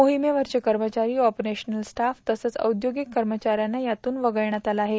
मोठिमेवरचे कर्मचारी operational staff तसंच औयोगिक कर्मचाऱ्यांना यातून वगळण्यात आलं आहे